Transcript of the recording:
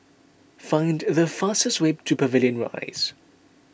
find the fastest way to Pavilion Rise